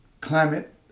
climate